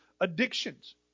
addictions